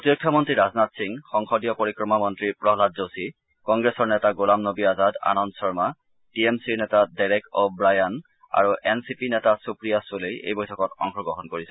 প্ৰতিৰক্ষা মন্ত্ৰী ৰাজনাথ সিং সংসদীয় পৰিক্ৰমা মন্ত্ৰী প্ৰহ্লাদ যোশী কংগ্ৰেছৰ নেতা গোলাম নবী আজাদ আনন্দ শৰ্মা টিএমচি নেতা ডেৰেক অ' ৱায়ান আৰু এনচিপি নেত্ৰী সুপ্ৰিয়া চুলেই এই বৈঠকত অংশগ্ৰহণ কৰিছে